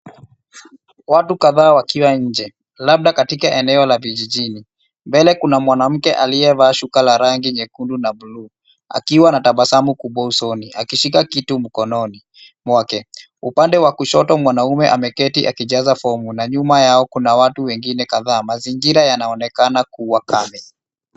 Watu kadhaa wakiwa nje, labda katika eneo la vijijini. Mbele kuna mwanamke aliyevaa shuka la rangi nyekundu na blue akiwa na tabasamu kubwa usoni, akishika kitu mkononi mwake. Upande wa kushoto mwanamume ameketi akijaza fomu na nyuma yao kuna watu wengine kadhaa. Mazingira yanaonekana kuwa kame.